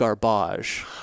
garbage